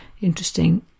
interesting